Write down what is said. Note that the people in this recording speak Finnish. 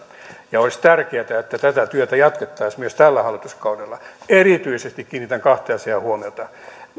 olisi tärkeätä että tätä työtä jatkettaisiin myös tällä hallituskaudella erityisesti kiinnitän kahteen asiaan huomiota